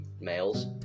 males